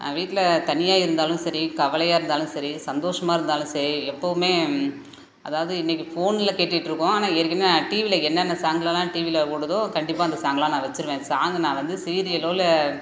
வீட்டில் தனியாக இருந்தாலும் சரி கவலையாக இருந்தாலும் சரி சந்தோஷமாக இருந்தாலும் சரி எப்போவுமே அதாவது இன்னைக்கு ஃபோனில் கேட்டுக்கிட்டு இருக்கோம் ஆனால் ஏற்கனவே டிவியில என்னென்ன சாங்லெல்லாம் டிவியில ஓடுதோ கண்டிப்பாக அந்த சாங் எல்லாம் நான் வச்சுருவேன் சாங்கு நான் வந்து சீரியலோ இல்லை